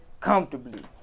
comfortably